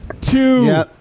two